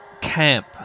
camp